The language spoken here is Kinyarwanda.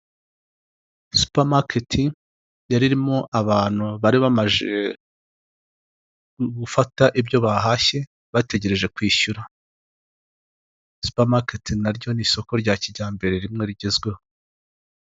Supamaketi yaririmo abantu bari bamaje gufata ibyo bahashye, bategereje kwishyura. Supamaketi naryo ni isoko rya kijyambere rimwe rigezweho.